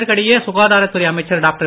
இதற்கிடையே சுகாதாரத்துறை அமைச்சர் டாக்டர்